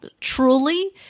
truly